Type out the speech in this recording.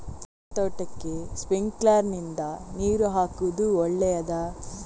ಅಡಿಕೆ ತೋಟಕ್ಕೆ ಸ್ಪ್ರಿಂಕ್ಲರ್ ನಿಂದ ನೀರು ಹಾಕುವುದು ಒಳ್ಳೆಯದ?